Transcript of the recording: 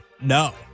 no